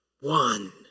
one